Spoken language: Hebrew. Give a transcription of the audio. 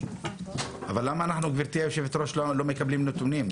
למה אנחנו, גבירתי היושבת-ראש, לא מקבלים נתונים?